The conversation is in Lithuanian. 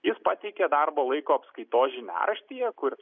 jis pateikė darbo laiko apskaitos žiniaraštyje kur